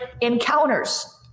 encounters